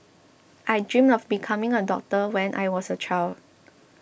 I dreamt of becoming a doctor when I was a child